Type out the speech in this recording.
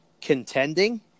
contending